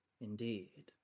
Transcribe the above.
Indeed